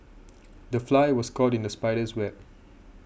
the fly was caught in the spider's web